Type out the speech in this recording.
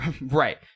Right